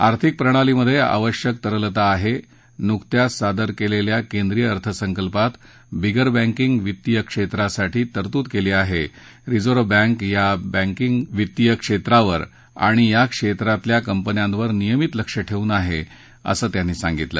आर्थिक प्रणालीमध्ये आवश्यक तरलता आहे नुकत्याच सादर केलेल्या केंद्रीय अर्थसंकल्पात बिगरबँकिंग वित्तीय क्षेत्रासाठी तरतूद केली आहे रिझर्व्ह बँक या बिगरबँकिंग वित्तीय क्षेत्रावर आणि या क्षेत्रातल्या कंपन्यांवर नियमित लक्ष ठेवून आहे असं त्यांनी सांगितलं